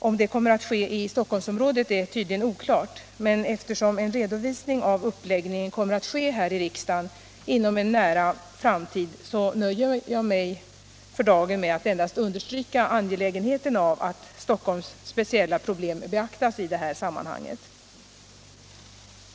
Om det skall gälla Stockholmsområdet är tydligen oklart, men eftersom en redovisning av uppläggningen kommer att ske här i riksdagen inom en nära framtid, nöjer jag mig för dagen med att endast understryka angelägenheten av att Stockholms speciella problem beaktas i det här sammanhanget.